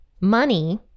money